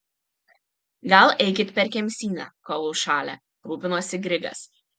gal eikit per kemsynę kol užšalę rūpinosi grigas